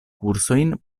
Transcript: kursojn